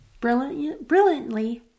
brilliantly